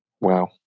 Wow